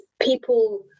people